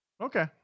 Okay